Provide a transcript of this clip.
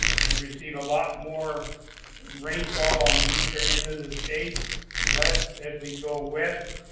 we receive a lot more rainfall on the eastern end of the state less as we go west,